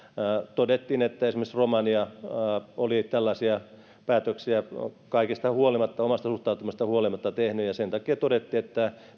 todettiin että esimerkiksi romania oli tällaisia päätöksiä kaikesta huolimatta omasta suhtautumisestaan huolimatta tehnyt ja sen takia todettiin että